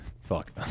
Fuck